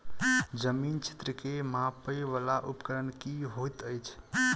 जमीन क्षेत्र केँ मापय वला उपकरण की होइत अछि?